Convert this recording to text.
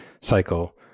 cycle